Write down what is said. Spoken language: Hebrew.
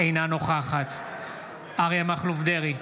אינה נוכחת אריה מכלוף דרעי,